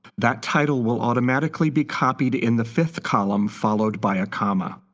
that title will automatically be copied in the fifth column followed by a comma.